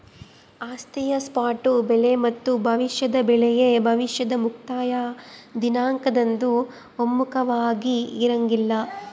ಆಸ್ತಿಯ ಸ್ಪಾಟ್ ಬೆಲೆ ಮತ್ತು ಭವಿಷ್ಯದ ಬೆಲೆಯು ಭವಿಷ್ಯದ ಮುಕ್ತಾಯ ದಿನಾಂಕದಂದು ಒಮ್ಮುಖವಾಗಿರಂಗಿಲ್ಲ